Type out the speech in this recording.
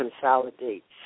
consolidates